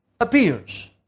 appears